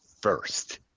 first